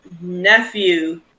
nephew